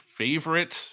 favorite